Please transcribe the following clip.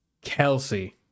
Kelsey